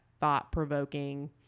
thought-provoking